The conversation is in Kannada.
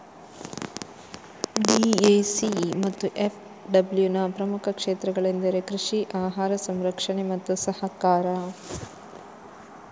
ಡಿ.ಎ.ಸಿ ಮತ್ತು ಎಫ್.ಡಬ್ಲ್ಯೂನ ಪ್ರಮುಖ ಕ್ಷೇತ್ರಗಳೆಂದರೆ ಕೃಷಿ, ಆಹಾರ ಸಂರಕ್ಷಣೆ ಮತ್ತು ಸಹಕಾರ